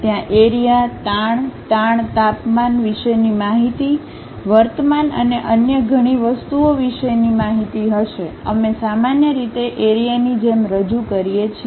ત્યાં એરીયા તાણ તાણ તાપમાન વિશેની માહિતી વર્તમાન અને અન્ય ઘણી વસ્તુઓ વિશેની માહિતી હશે અમે સામાન્ય રીતે એરીયાની જેમ રજૂ કરીએ છીએ